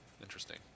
Interesting